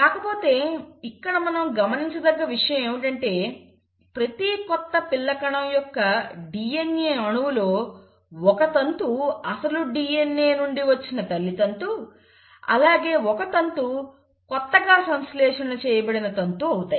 కాకపోతే ఇక్కడ మనం గమనించదగ్గ విషయం ఏమిటంటే ప్రతి కొత్త పిల్ల కణం యొక్క DNA అణువు లో ఒక తంతు అసలు DNA నుండి వచ్చిన తల్లి తంతు అలాగే ఒక తంతు కొత్తగా సంశ్లేషణ చేయబడిన తంతు అవుతాయి